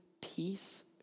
peace